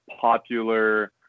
popular